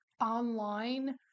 online